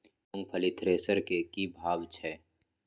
मूंगफली थ्रेसर के की भाव छै?